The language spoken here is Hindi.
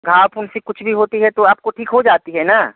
घाव फुंसी कुछ भी होती है तो आपको ठीक हो जाती है न